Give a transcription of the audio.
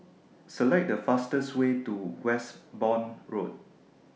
Select The fastest Way to Westbourne Road